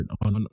on